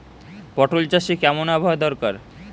পটল চাষে কেমন আবহাওয়া দরকার?